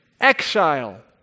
exile